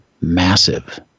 massive